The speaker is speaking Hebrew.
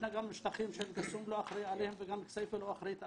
ישנם גם שטחים שאל קאסום לא אחראית עליהם וגם כסיפה לא אחראית עליהם,